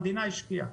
המדינה השקיעה.